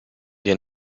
wir